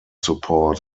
support